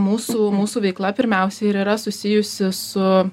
mūsų mūsų veikla pirmiausia ir yra susijusi su